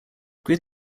grid